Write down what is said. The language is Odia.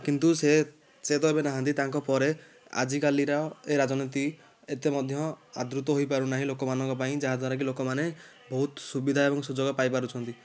କିନ୍ତୁ ସେ ସେ ତ ଏବେ ନାହାନ୍ତି ତାଙ୍କ ପରେ ଆଜିକାଲିର ଏ ରାଜନୀତି ଏତେ ମଧ୍ୟ ଆଦୃତ ହୋଇପାରୁନାହିଁ ଲୋକମାନଙ୍କ ପାଇଁ ଯାହାଦ୍ୱାରା କି ଲୋକମାନେ ବହୁତ ସୁବିଧା ଏବଂ ସୁଯୋଗ ପାଇପାରୁଛନ୍ତି